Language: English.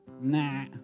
nah